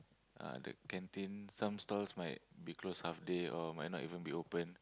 ah the canteen some stalls might be closed half day or might not even be open